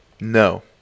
No